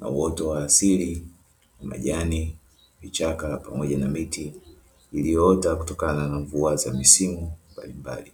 na uoto wa asili, majani, vichaka pamoja na miti iliyoota kutokana na mvua za misimu mbalimbali.